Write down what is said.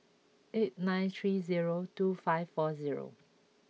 eight nine three zero two five four zero